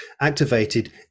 activated